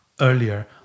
earlier